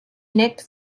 nick